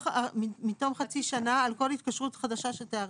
מתום חצי שנה על כל התקשרות חדשה שתיערך.